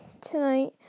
tonight